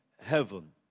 heaven